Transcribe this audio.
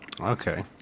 Okay